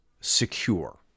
secure